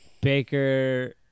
Baker